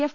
F